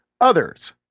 others